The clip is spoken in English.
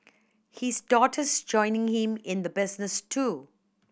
his daughter's joining him in the business too